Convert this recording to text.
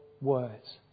words